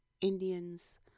Indians